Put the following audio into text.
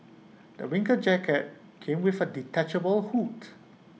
my winter jacket came with A detachable hood